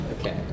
Okay